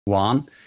one